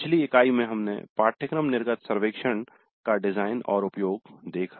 पिछली इकाई में हमने पाठ्यक्रम निर्गत सर्वेक्षण का डिजाइन और उपयोग देखा